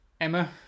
Emma